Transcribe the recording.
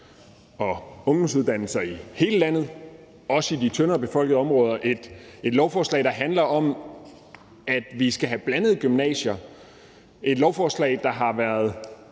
og ungdomsuddannelser i hele landet, også i de tyndere befolkede områder. Det er et lovforslag, der handler om, at vi skal have blandede gymnasier. Det er et lovforslag, der har været